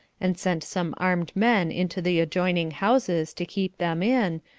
and sent some armed men into the adjoining houses to keep them in,